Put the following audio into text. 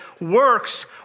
works